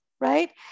right